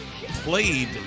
played